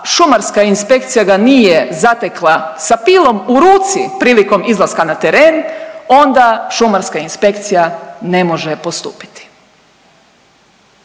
šumarska ga inspekcija ga nije zatekla sa pilom u ruci prilikom izlaska na teren onda šumarska inspekcija ne može postupiti.